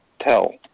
tell